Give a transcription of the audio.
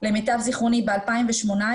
למיטב זכרוני ב-2018.